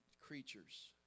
creatures